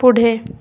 पुढे